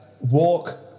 walk